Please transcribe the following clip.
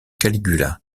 caligula